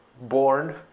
born